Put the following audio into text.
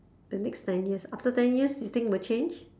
the next ten years after ten years you think will change